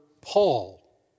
Paul